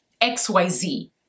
XYZ